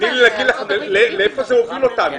תני לי לומר לך לאן זה הוביל אותנו.